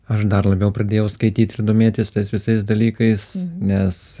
aš dar labiau pradėjau skaityt ir domėtis tais visais dalykais nes